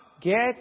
get